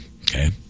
Okay